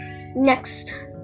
next